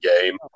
game